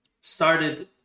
started